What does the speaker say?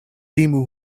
timu